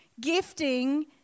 gifting